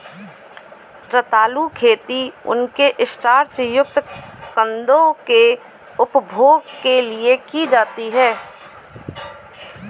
रतालू खेती उनके स्टार्च युक्त कंदों के उपभोग के लिए की जाती है